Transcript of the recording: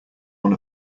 one